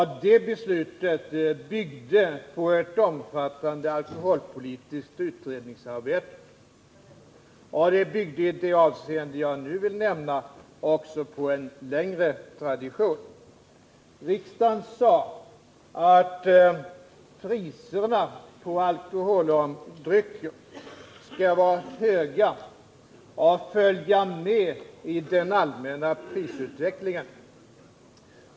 Detta beslut byggde på ett omfattande alkoholpolitiskt utredningsarbete. I det avseende jag nu vill nämna byggde det också på en längre tradition. Riksdagen uttalade att priserna på alkoholdrycker skall vara höga och följa med i den allmänna prisutvecklingen.